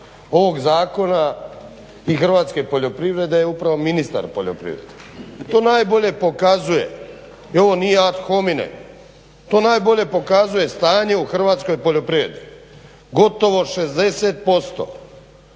ovog zakona i hrvatske poljoprivrede je upravo ministar poljoprivrede. To najbolje pokazuje i on nije ad homine. To najbolje pokazuje stanje u hrvatskoj poljoprivredi. Gotovo 60%